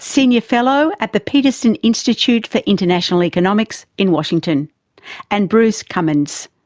senior fellow at the peterson institute for international economics in washington and bruce cumings,